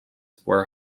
were